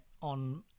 on